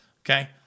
Okay